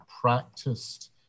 practiced